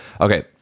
Okay